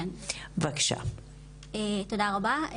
תודה רבה.